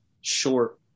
short